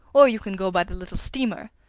or you can go by the little steamer.